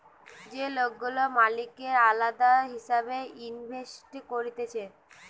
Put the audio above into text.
যে লোকগুলা মালিকের দালাল হিসেবে ইনভেস্ট করতিছে